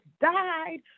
died